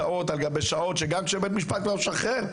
כשבית המשפט לא משחרר,